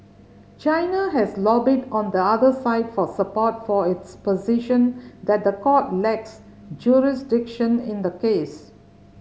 China has lobbied on the other side for support for its position that the court lacks jurisdiction in the case